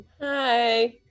Hi